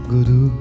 Guru